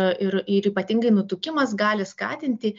ir ir ypatingai nutukimas gali skatinti